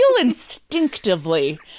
instinctively